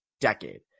decade